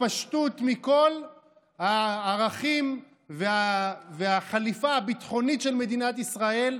התפשטות מכל הערכים והחליפה הביטחונית של מדינת ישראל,